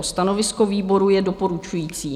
Stanovisko výboru je doporučující.